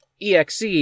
EXE